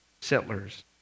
settlers